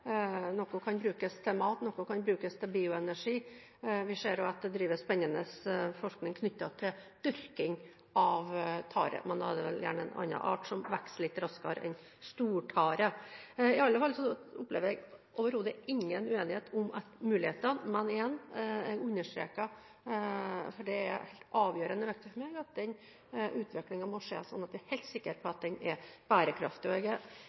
noe kan brukes til mat, annet kan brukes til bioenergi. Vi ser at det drives spennende forskning knyttet til dyrking av tare. Man hadde vel gjerne avlet fram en annen art, som vokser litt raskere enn stortare. I alle fall opplever jeg overhodet ingen uenighet om muligheter. Men igjen understreker jeg: Det er avgjørende viktig for meg at den utviklingen må skje slik at man kan være helt sikker på at den er bærekraftig. Jeg